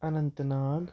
Anant Nag